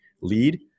lead